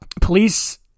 Police